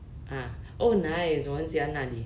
ah oh nice 我很喜欢那里